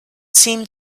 seemed